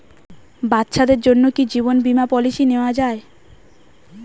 বাচ্চাদের জন্য কি জীবন বীমা পলিসি নেওয়া যায়?